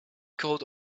called